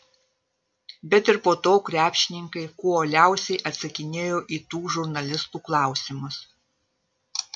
bet ir po to krepšininkai kuo uoliausiai atsakinėjo į tų žurnalistų klausimus